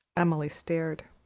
emily stared.